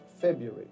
February